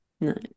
No